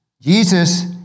Jesus